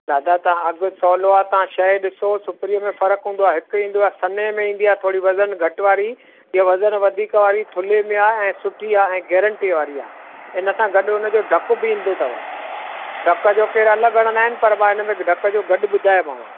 दादा तव्हां अघु सवलो आहे तव्हां शइ ॾिसो सिपिरीअ में फ़र्क़ु हूंदो आहे हिकु ईंदो आहे सन्हे में ईंदी आहे थोरी वज़नु घटि वारी हीअ वज़नु वधीक वारी थुल्हे में आहे ऐं सुठी आहे ऐं गैरंटीअ वारी आहे इन सां गॾु उनजो ढकु बि ईंदो अथव ढक जो केरु अलॻि हणंदा आहिनि पर मां हिन में ढक जो गॾु ॿुधायोमांव